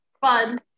fun